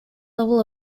levels